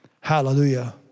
Hallelujah